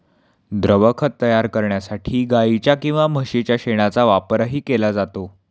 द्रवखत तयार करण्यासाठी गाईच्या किंवा म्हशीच्या शेणाचा वापरही केला जातो